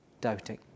Doubting